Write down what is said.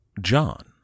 John